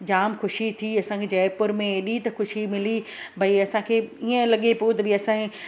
जाम ख़ुशी थी असांखे जयपुर में हेॾी त ख़ुशी मिली भई असांखे इअं लॻे पियो त भई असांजे